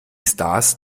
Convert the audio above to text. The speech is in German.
stars